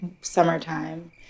summertime